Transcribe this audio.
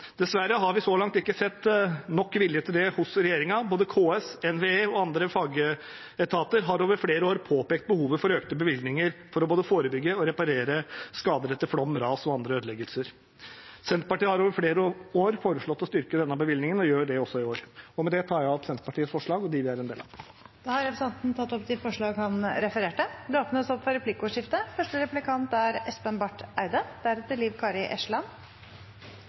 Dessverre har vi så langt ikke sett nok vilje til det hos regjeringen. Både KS, NVE og andre fagetater har over flere år påpekt behovet for økte bevilgninger for både å forebygge og reparere skader etter flom, ras og andre ødeleggelser. Senterpartiet har over flere år foreslått å styrke denne bevilgningen og gjør det også i år. Med det tar jeg opp Senterpartiets forslag og de forslagene vi er en del av. Da har representanten Ole André Myhrvold tatt opp de forslagene han refererte til. Det blir replikkordskifte. Representanten Myhrvold og Senterpartiet er